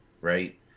right